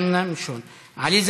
ענת